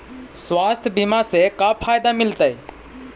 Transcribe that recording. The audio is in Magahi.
स्वास्थ्य बीमा से का फायदा मिलतै?